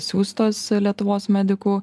siųstos lietuvos medikų